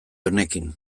honekin